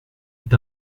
est